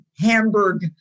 Hamburg